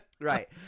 Right